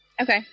Okay